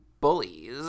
bullies